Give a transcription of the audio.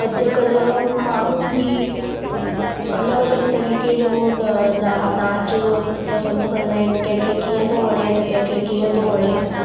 अॼु कल्ह माण्हुन जी अ अलॻि अलॻि तरीक़े जो अ ना नाचु पसंदि कंदा आहिनि कंहिंखे कीअं थो वणे त कंहिंखे कीअं थो वणे